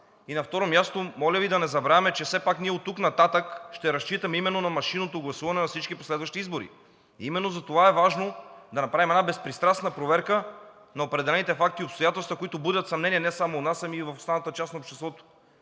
На второ място, моля Ви да не забравяме, че все пак оттук нататък ние ще разчитаме именно на машинното гласуване на всички последващи избори. Именно затова е важно да направим безпристрастна проверка на определените факти и обстоятелства, които будят съмнение не само у нас, но и в останалата част на обществото.